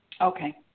Okay